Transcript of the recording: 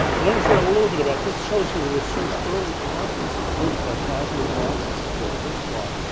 but let me say a little bit about, this shows you the research early on, and this is grouped by five year blocks, except for that first block.